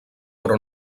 però